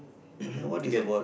you get